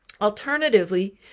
Alternatively